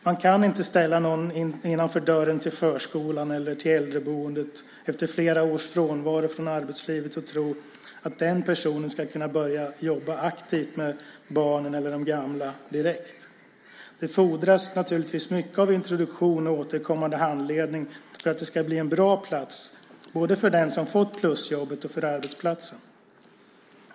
Man kan inte ställa någon innanför dörren till en förskola eller ett äldreboende efter flera års bortovaro från arbetslivet och tro att den personen genast kan börja jobba aktivt med barnen eller de gamla. Det fordras naturligtvis mycket i form av introduktion och återkommande handledning för att det ska bli bra både för den som fått plusjobbet och för arbetsplatsen.